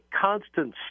constant